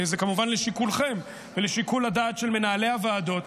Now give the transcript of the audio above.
זה כמובן לשיקולכם ולשיקול הדעת של מנהלי הוועדות,